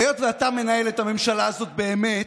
היות שאתה מנהל את הממשלה הזאת באמת,